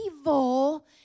evil